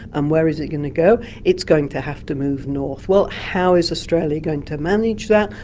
and where is it going to go? it's going to have to move north. well, how is australia going to manage that?